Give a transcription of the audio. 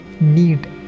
need